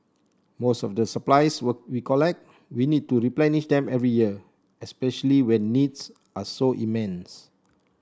most of the supplies we collect we need to replenish them every year especially when needs are so immense